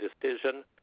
decision